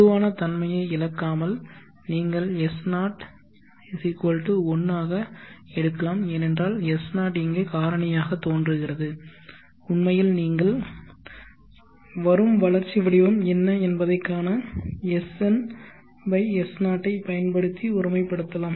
பொதுவான தன்மையை இழக்காமல் நீங்கள் S0 1 ஆக எடுக்கலாம் ஏனென்றால் S0 இங்கே காரணியாகத் தோன்றுகிறது உண்மையில் நீங்கள் வரும் வளர்ச்சி வடிவம் என்ன என்பதைக் காண Sn S0 ஐ பயன்படுத்தி ஒருமை படுத்தலாம்